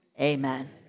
amen